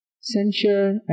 censure